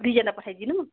दुईजना पठाइदिनु